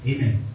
Amen